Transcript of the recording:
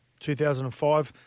2005